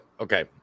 Okay